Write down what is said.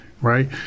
right